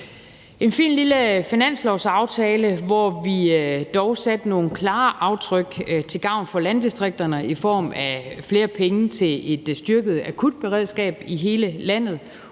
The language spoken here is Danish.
En fin lille finanslovsaftale, hvor vi dog satte nogle klare aftryk til gavn for landdistrikterne i form af flere penge til et styrket akutberedskab i hele landet,